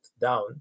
down